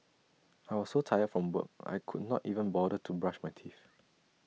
I was so tired from work I could not even bother to brush my teeth